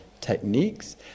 techniques